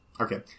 Okay